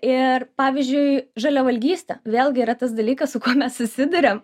ir pavyzdžiui žaliavalgystė vėlgi yra tas dalykas su kuo mes susiduriam